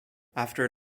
after